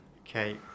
Okay